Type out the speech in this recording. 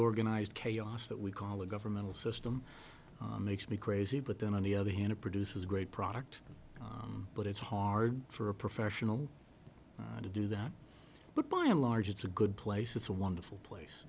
organized chaos that we call a governmental system makes me crazy but then on the other hand it produces a great product but it's hard for a professional to do that but by and large it's a good place it's a wonderful place